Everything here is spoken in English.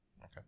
Okay